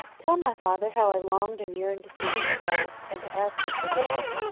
tell my father how i longed and yearned to see him at last, and to ask his forgiveness.